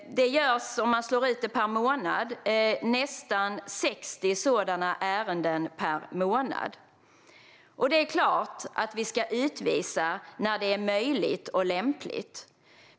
Det hanteras nästan 60 sådana ärenden per månad. Det är klart att vi ska utvisa när det är möjligt och lämpligt.